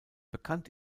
bekannt